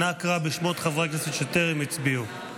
אנא קרא בשמות חברי הכנסת שטרם הצביעו.